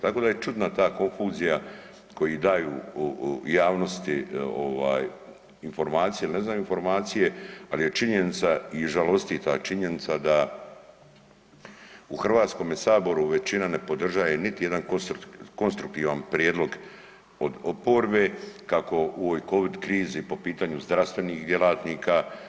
Tako da je čudna ta konfuzija koji daju javnosti ovaj informacije ili ne znaju informacije, ali je činjenica i žalosti ta činjenica da u Hrvatskome saboru većina ne podržaje niti jedan konstruktivan prijedlog od oporbe kako u ovoj Covid krizi po pitanju zdravstvenih djelatnika.